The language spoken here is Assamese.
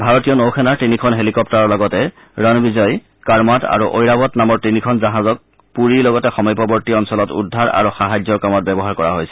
ভাৰতীয় নৌ সেনাৰ তিনিখন হেলিকপ্টাৰৰ লগতে ৰণবিজয় কাড়মাট আৰু ঐৰাৱত নামৰ তিনিখন জাহাজক পুৰী লগতে সমীপৱৰ্তী অঞ্চলত উদ্ধাৰ আৰু সাহায্যৰ কামত ব্যৱহাৰ কৰা হৈছে